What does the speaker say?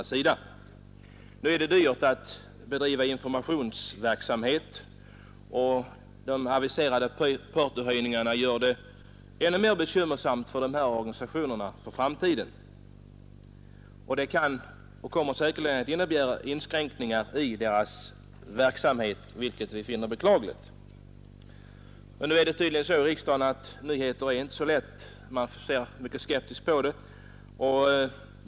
5 april 1972 Det är dyrt att bedriva informationsverksamhet, och de aviserade portohöjningarna gör det ännu mer bekymmersamt för dessa organisatio Ersättning till post ner för framtiden. Detta kan och kommer säkerligen att innebära verket för befordran inskränkningar i deras verksamhet, vilket vi finner beklagligt. av tjänsteförsändelser Tydligen är det så i riksdagen att man ser mycket skeptiskt på nyheter.